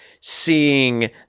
seeing